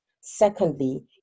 Secondly